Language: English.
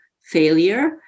failure